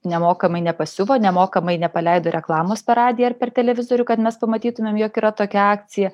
nemokamai nepasiuvo nemokamai nepaleido reklamos per radiją ar per televizorių kad mes pamatytumėm jog yra tokia akcija